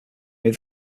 move